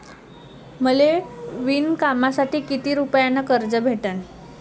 मले विणकामासाठी किती रुपयानं कर्ज भेटन?